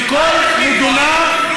מה,